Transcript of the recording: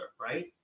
Right